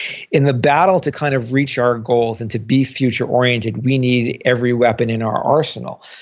in the battle to kind of reach our goals and to be future-oriented, we need every weapon in our arsenal.